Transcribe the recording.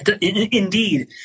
indeed